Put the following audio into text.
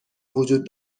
وجود